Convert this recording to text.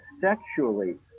sexually